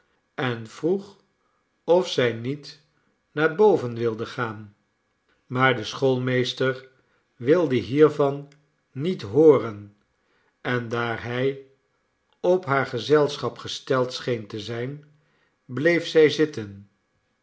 en vroeg of zij niet naar boven wilde gaan maar de schoolmeester wilde hiervan niet hooren en daar hij op haar gezelschap gesteld scheen te zijn bleef zij zitten